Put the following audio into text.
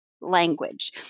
language